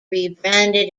rebranded